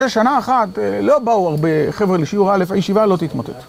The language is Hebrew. בשנה אחת לא באו הרבה חבר'ה לשיעור א', הישיבה לא תתמוטט.